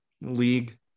league